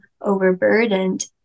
overburdened